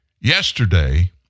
yesterday